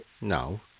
No